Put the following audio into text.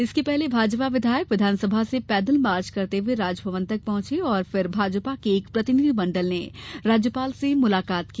इसके पहले भाजपा विधायक विधानसभा से पैदल मार्च करते हुए राजभवन तक पहुंचे और फिर भाजपा के एक प्रतिनिधिमंडल ने राज्यपाल से मुलाकात की